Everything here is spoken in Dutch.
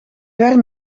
ver